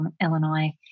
Illinois